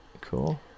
cool